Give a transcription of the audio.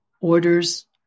orders